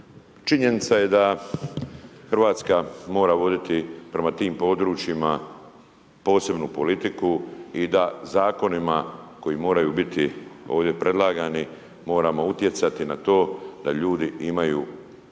Činjenica je da Hrvatska mora voditi prema tim područjima posebnu politiku i da zakonima koji moraju biti ovdje predlagani, moramo utjecati na to da ljudi imaju